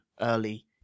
early